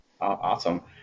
Awesome